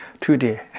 today